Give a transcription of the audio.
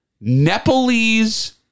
Nepalese